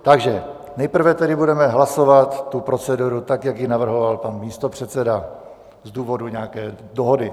Takže nejprve budeme hlasovat proceduru tak, jak ji navrhl pan místopředseda z důvodu nějaké dohody.